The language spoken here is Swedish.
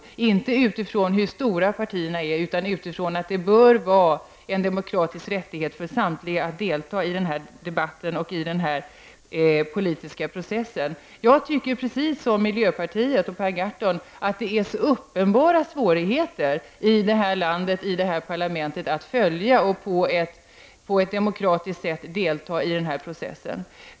Jag trodde att partierna fick information inte utifrån hur stora de var, utan utifrån att det bör vara en demokratisk rättighet för samtliga partier att delta i denna debatt och denna politiska process. Precis som miljöpartiet och Per Gahrton anser jag att det innebär uppenbara svårigheter att i detta land, i detta parlament följa och på ett demokratiskt sätt delta i den här processen.